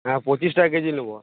হ্যাঁ পঁচিশ টাকা কেজি নেবো